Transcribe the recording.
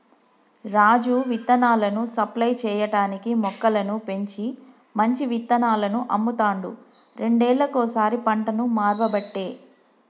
రాజు విత్తనాలను సప్లై చేయటానికీ మొక్కలను పెంచి మంచి విత్తనాలను అమ్ముతాండు రెండేళ్లకోసారి పంటను మార్వబట్టే